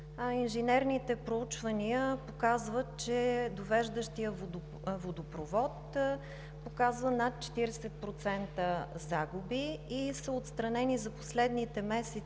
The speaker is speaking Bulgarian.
Инженерните проучвания показват, че довеждащият водопровод показва над 40% загуби и са отстранени за последните месеци